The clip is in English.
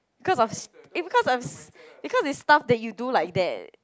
cause of it's because of it's because of stuff that you do like that